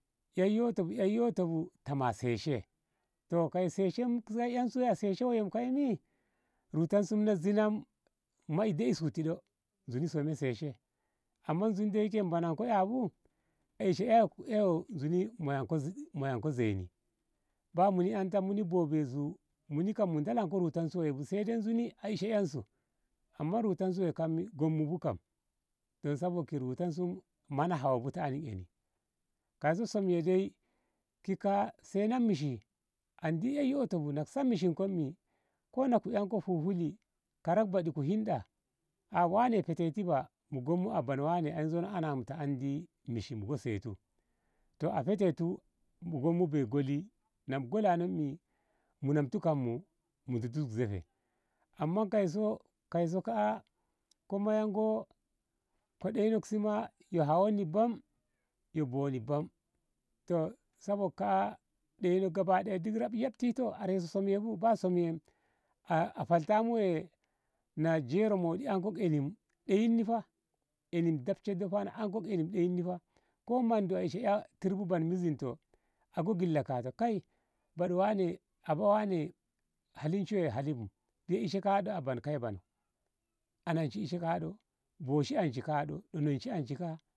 Ei yoto bu ei yoto bu tama a seshe toh kai seshe kai yan su a seshe wom kaine rutan su me zinam mu dei su ti ɗoh zuni some seshe amma zuni da yake mannanko ƙabu a eshe eiwoi monanko zeini baya muni ananko bobensu mu dolanko rutansu woi bu kawai dai a ishe ƙansu amma rutansu woi gomu bu kam don sabok rutansu mana hawo bu tah ana eni kaiso som ye dai kika sina mishi andi ei ƙoto bu na ko sa mishi koi min ngu ƙanko huhuli sarak badi ko hinda a wane heteti ba ngu gonmu ban wane ananmu ta andi mishi mu go setu toh a heteti mu go bei goli na mu gola min mu namti kamu mu ditu ki zehe amma kaiso kaiso ka. a ko ɗeino ki ngo ko deinok si yo hawonni bam yo boni bam toh sabok ka. a ɗeinok gaba daya shaf ƙabtin are yo som buba som ye a kalta mu na jero mohdi anko eni ɗeyinni fa enin dafshe dagon na anko eni ɗayin fa ko mondu a isse ei tir bu ban mizi a go girna kato kai ɓaɗ wane haba wane halinshi woi hali bu biya ishe ka. a ɗo ban kaibono anan shi a ishe ka. a ɗo boshi anshi ka. a ɗo nonshi anshi ka. a.